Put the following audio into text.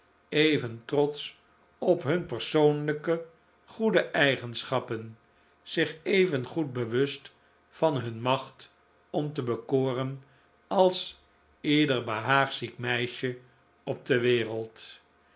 even trotsch op hun persoonlijke goede eigenschappen zich even goed bewust van hun macht om te bekoren als ieder behaagziek meisje op de wereld